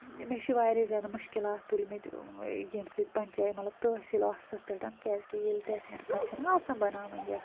مےٚ چھِ وارِیاہ زیادٕ مشکلات تُلمِتۍ ٲں ییٚمہِ سۭتۍ پنٛچایت مطلب تحصیٖل آفسَس پٮ۪ٹھ کیٛازِ کہِ ییٚلہِ تہِ اسہِ اِنکم چھَ نا آسان بناوٕنۍ یَتھ